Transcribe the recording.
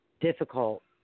difficult